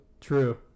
True